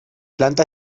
planta